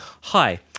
Hi